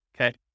okay